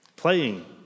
playing